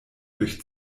durch